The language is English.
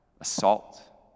assault